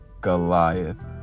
Goliath